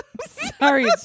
Sorry